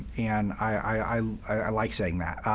and i like saying that.